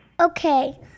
Okay